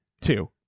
two